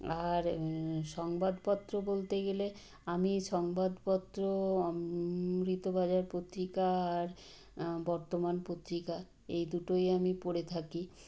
আর সংবাদপত্র বলতে গেলে আমি সংবাদপত্র অমৃতবাজার পত্রিকা আর বর্তমান পত্রিকা এই দুটোই আমি পড়ে থাকি